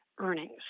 earnings